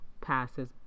passes